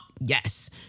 yes